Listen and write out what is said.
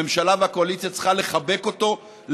הממשלה והקואליציה צריכות לחבק אותו,